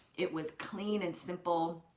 it was clean and simple,